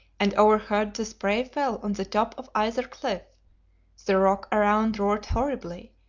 and overhead the spray fell on the top of either cliff the rock around roared horribly,